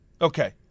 Okay